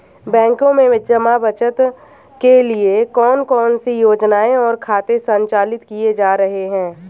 बैंकों में जमा बचत के लिए कौन कौन सी योजनाएं और खाते संचालित किए जा रहे हैं?